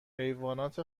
حیوانات